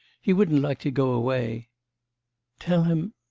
he wouldn't like to go away tell him,